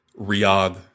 Riyadh